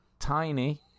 tiny